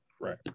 right